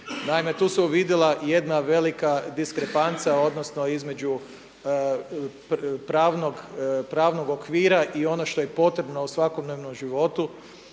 Naime, tu se uvidjela jedna velika diskrepanca odnosno između pravnog okvira i ono što je potrebno u svakodnevnom životu,